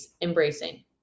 embracing